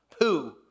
poo